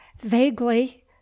vaguely